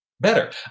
better